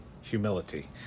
humility